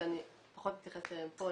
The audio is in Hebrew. שאני פחות מתייחסת אליהם פה.